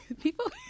People